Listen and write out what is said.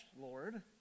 Lord